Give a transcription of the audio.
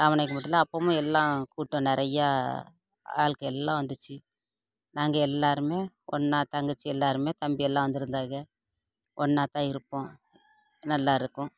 காமநாயக்கன் பட்டியில் அப்போவும் எல்லாம் கூட்டம் நிறையா ஆட்கள் எல்லாம் வந்துச்சு நாங்கள் எல்லோருமே ஒன்றா தங்கச்சி எல்லோருமே தம்பி எல்லாம் வந்துருந்தாக ஒன்றாத்தான் இருப்போம் நல்லாயிருக்கும்